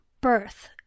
birth